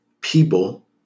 people